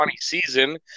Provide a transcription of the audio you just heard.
season